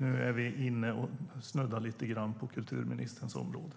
Nu är vi inne på och snuddar vid kulturministerns område.